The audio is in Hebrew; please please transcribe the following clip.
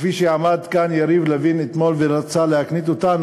שכפי שעמד כאן יריב לוין אתמול ורצה להקניט אותנו,